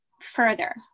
further